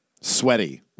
Sweaty